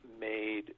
made